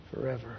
forever